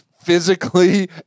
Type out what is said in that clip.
Physically